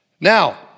Now